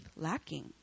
lacking